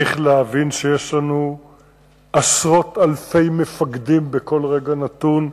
יש לנו עשרות אלפי מפקדים בכל רגע נתון,